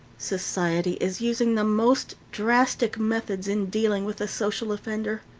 society is using the most drastic methods in dealing with the social offender.